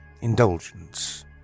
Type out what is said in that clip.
indulgence